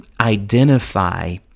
identify